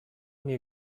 mir